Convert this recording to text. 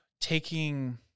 taking